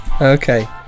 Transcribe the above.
Okay